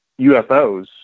UFOs